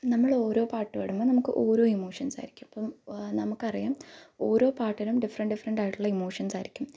നമ്മൾ ഓരോ പാട്ട് പാടുമ്പം നമുക്ക് ഓരോ ഇമോഷൻസ് ആയിരിക്കും അപ്പോൾ നമുക്കറിയാം ഓരോ പാട്ടിനും ഡിഫറെൻറ് ഡിഫറെൻറ് ആയിട്ടുള്ള ഇമോഷൻസ് ആയിരിക്കും